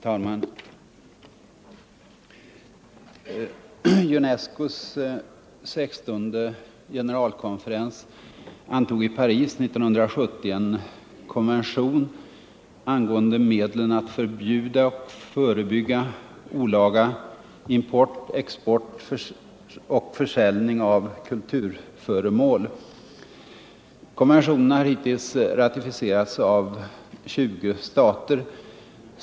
Herr talman! UNESCO:s sextonde generalkonferens antog i Paris 1970 en konvention angående medlen att förbjuda och förebygga olaga import, export och försäljning av kulturföremål. Konventionen har hittills ratificerats av 20 stater.